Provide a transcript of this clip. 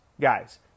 guys